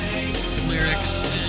Lyrics